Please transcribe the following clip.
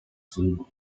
time